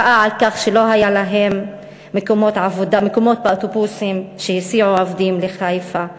מחאה על כך שלא היו להם מקומות באוטובוסים שהסיעו עובדים לחיפה.